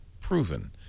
proven